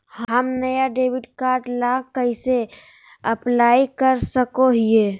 हम नया debit card ला कइसे अप्लाई कर सको हियै?